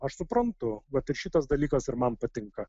aš suprantu vat ir šitas dalykas ir man patinka